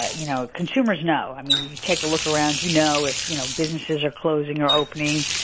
ah you know, consumers know. i mean, you take a look around. you know if, you know, businesses are closing or opening.